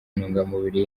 ntungamubiri